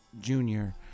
junior